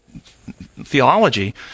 theology